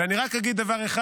ואני רק אגיד דבר אחד.